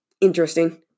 interesting